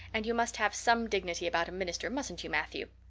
and you must have some dignity about a minister, mustn't you, matthew?